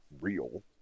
real